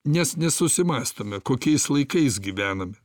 nes nesusimąstome kokiais laikais gyvename